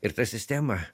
ir ta sistema